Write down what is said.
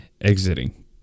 exiting